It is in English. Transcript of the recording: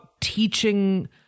teaching